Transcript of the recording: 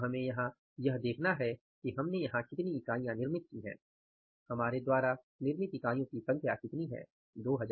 अब हमें यह देखना है कि हमने यहाँ कितनी इकाइयाँ निर्मित की हैं हमारे द्वारा निर्मित इकाइयों की संख्या कितनी हैं 2000